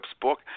book